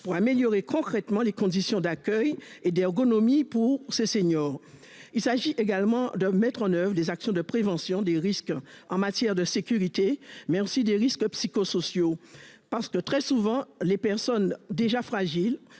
pour améliorer concrètement les conditions d'accueil et d'ergonomie pour ces seniors. Il s'agit également de mettre en oeuvre des actions de prévention des risques en matière de sécurité mais aussi des risques. Psychosociaux parce que très souvent les personnes déjà fragiles